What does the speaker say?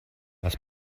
was